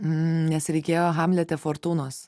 nes reikėjo hamlete fortūnos